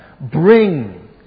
bring